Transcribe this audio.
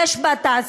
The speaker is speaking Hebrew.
יש בה תעסוקה,